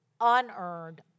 unearned